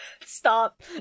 Stop